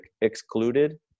excluded